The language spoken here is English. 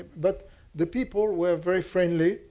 but the people were very friendly.